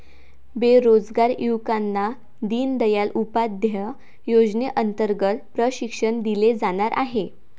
बेरोजगार युवकांना दीनदयाल उपाध्याय योजनेअंतर्गत प्रशिक्षण दिले जाणार आहे